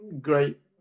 great